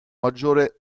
maggiore